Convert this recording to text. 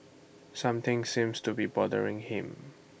something seems to be bothering him